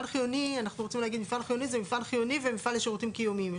אנחנו רוצים להגיד מפעל חיוני זה מפעל חיוני ומפעל לשירותים קיומיים.